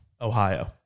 Ohio